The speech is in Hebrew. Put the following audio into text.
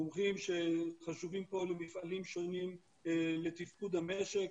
מומחים שחשובים פה למפעלים שונים ולתפקוד המשק,